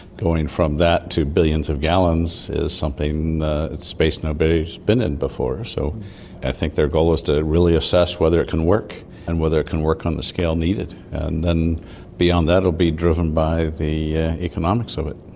going from that to billions of gallons is a space nobody has been in before. so i think their goal is to really assess whether it can work and whether it can work on the scale needed. and then beyond that it will be driven by the economics of it.